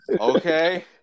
okay